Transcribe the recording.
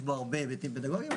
יש בו הרבה היבטים פדגוגיים,